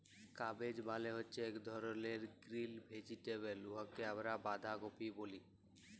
cabbage মালে হছে ইক ধরলের গিরিল ভেজিটেবল উয়াকে আমরা বাঁধাকফি ব্যলি